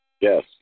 Yes